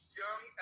young